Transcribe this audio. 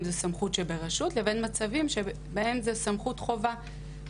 זו סמכות שברשות לבין מצבים שבהם זו סמכות חובה,